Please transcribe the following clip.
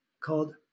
called